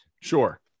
Sure